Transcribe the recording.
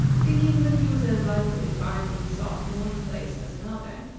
thinking that he was as likely to find what he sought in one place as another,